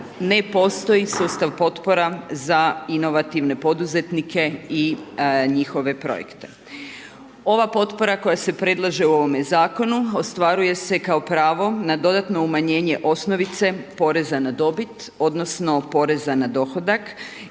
ne postoji sustav potpora za inovativne poduzetnike i njihove projekte. Ova potpora koja se prelaže u ovome zakonu, ostvaruje se kao pravo, na dodatno umanjenje osnovica poreza na dobit, odnosno, poreza na dohodak